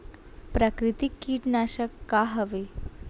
प्राकृतिक कीटनाशक का हवे?